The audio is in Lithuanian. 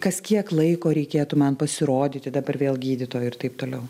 kas kiek laiko reikėtų man pasirodyti dabar vėl gydytojui ir taip toliau